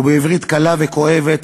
ובעברית קלה וכואבת,